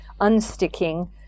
unsticking